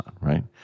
right